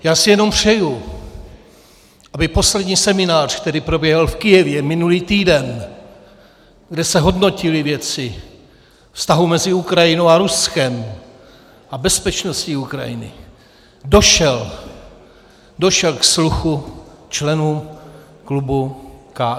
Já si jenom přeju, aby poslední seminář, který proběhl v Kyjevě minulý týden, kde se hodnotily věci vztahu mezi Ukrajinou a Ruskem a bezpečnosti Ukrajiny, došel sluchu členů klubu KSČM.